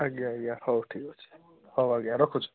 ଆଜ୍ଞା ଆଜ୍ଞା ହଉ ଠିକ୍ ଅଛି ହଉ ଆଜ୍ଞା ରଖୁଛୁ